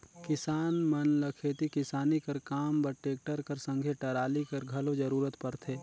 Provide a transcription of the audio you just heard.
किसान मन ल खेती किसानी कर काम बर टेक्टर कर संघे टराली कर घलो जरूरत परथे